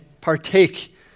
partake